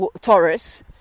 Taurus